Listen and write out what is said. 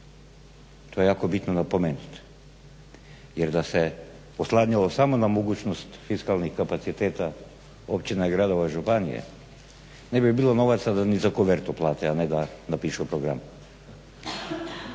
to je jako bitno napomenuti. Jer da se oslanjalo samo na mogućnost fiskalnih kapaciteta općina i gradova županije ne bi bilo novaca ni da kovertu plate, a ne da na pišu program.